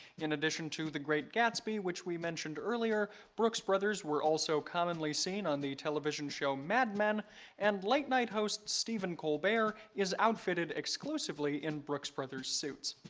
in addition to the great gatsby which we mentioned earlier, brooks brothers were also commonly seen on the television show mad men and late-night host stephen colbert is outfitted exclusively in brooks brothers suits.